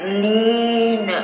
lean